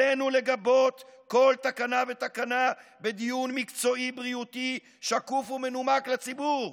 עלינו לגבות כל תקנה ותקנה בדיון מקצועי-בריאותי שקוף ומנומק לציבור,